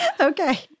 Okay